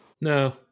no